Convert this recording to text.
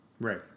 Right